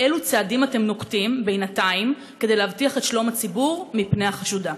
אילו צעדים אתם נוקטים כדי להבטיח את שלום הציבור מפני החשודה?